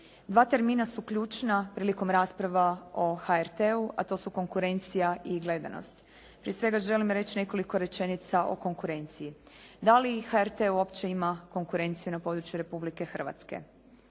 Dva termina su ključna prilikom rasprava o HRT-u, a to su konkurencija i gledanost. Prije svega želim reći nekoliko rečenica o konkurenciji. Da li HRT uopće ima konkurenciju na području Republike Hrvatske?